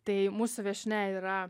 tai mūsų viešnia yra